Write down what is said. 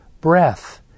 breath